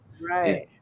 Right